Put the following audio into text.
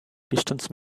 distance